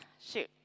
shoot